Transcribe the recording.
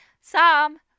Sam